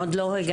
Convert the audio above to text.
עוד לא הגעתם